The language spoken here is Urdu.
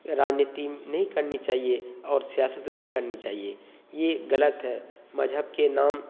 راجنیتی نہیں کرنی چاہیے اور سیاست نہیں کرنی چاہیے یہ غلط ہے مذہب کے نام